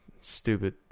stupid